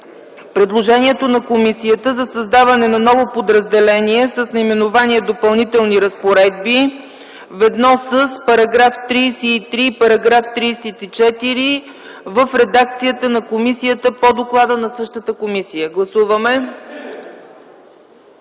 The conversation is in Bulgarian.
предложението на комисията за създаване на ново подразделение с наименование „Допълнителни разпоредби” заедно с § 33 и § 34 в редакцията на комисията по доклада на същата комисия. Моля, гласувайте.